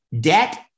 Debt